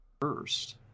First